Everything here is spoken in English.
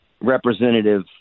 representative